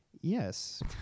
Yes